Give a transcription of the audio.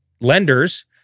lenders